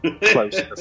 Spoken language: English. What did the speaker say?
close